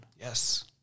Yes